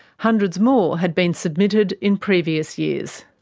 hundreds more had been submitted in previous years.